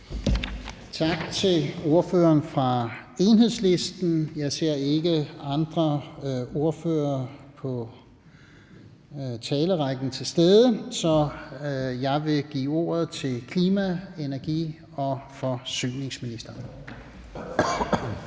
Tak til ordføreren fra Enhedslisten. Jeg ser ikke andre ordførere fra talerrækken være til stede, så jeg vil give ordet til klima-, energi- og forsyningsministeren.